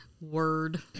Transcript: Word